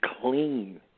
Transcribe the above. clean